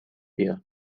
بیا